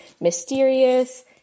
mysterious